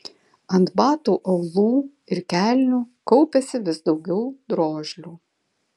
ant batų aulų ir kelnių kaupėsi vis daugiau drožlių